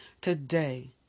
today